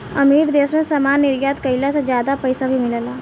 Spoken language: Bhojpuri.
अमीर देश मे सामान निर्यात कईला से ज्यादा पईसा भी मिलेला